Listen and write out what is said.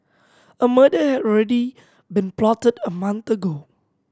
a murder had already been plotted a month ago